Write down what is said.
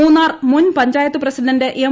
മൂന്നാർ മുൻ panchayat president M